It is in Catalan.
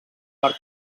per